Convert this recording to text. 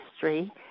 history